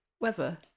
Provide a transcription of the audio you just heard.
weather